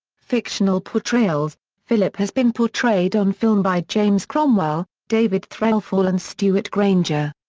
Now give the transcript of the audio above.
fictional portrayals philip has been portrayed on film by james cromwell, david threlfall and stewart granger.